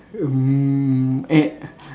mm